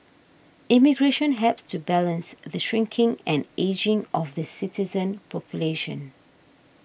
immigration helps to balance the shrinking and ageing of the citizen population